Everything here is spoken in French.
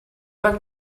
pas